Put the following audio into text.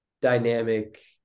dynamic